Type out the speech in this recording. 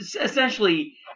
essentially